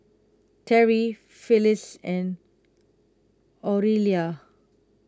Terrie Phillis and Aurelia